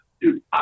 Dude